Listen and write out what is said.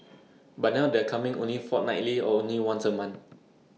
but now they're coming only fortnightly or only once A month